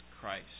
Christ